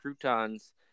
croutons